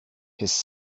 his